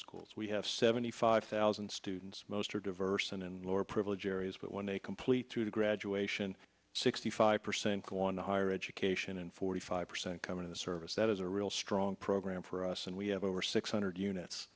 schools we have seventy five thousand students most are diverse and lower privilege areas but when they complete to graduation sixty five percent go on to higher education and forty five percent come into service that is a real strong program for us and we have over six hundred units